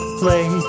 play